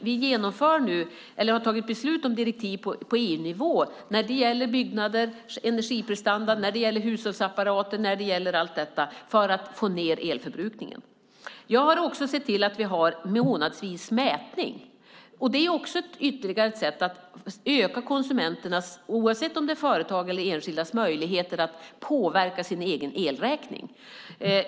Vi har fattat beslut om direktiv på EU-nivå när det gäller byggnader, energiprestanda, hushållsapparater och så vidare för att få ned elförbrukningen. Jag har också sett till att vi har månadsvis mätning. Det är ytterligare ett sätt att öka konsumenternas möjligheter att påverka sin egen elräkning, oavsett om det handlar om företag eller enskilda.